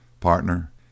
Partner